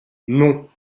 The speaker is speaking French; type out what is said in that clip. non